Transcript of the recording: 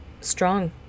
strong